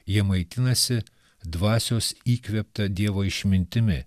jie maitinasi dvasios įkvėpta dievo išmintimi